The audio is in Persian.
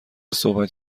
صحبت